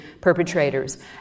perpetrators